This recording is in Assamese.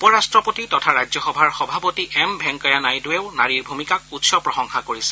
উপ ৰট্টপতি তথা ৰাজ্যসভাৰ সভাপতি এম ভেংকায়া নাইডুৱেও নাৰীৰ ভূমিকাক উচ্চ প্ৰশংসা কৰিছে